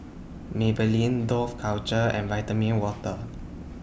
Maybelline Dough Culture and Vitamin Water